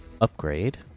Upgrade